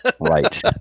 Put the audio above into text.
Right